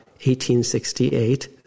1868